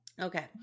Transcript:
Okay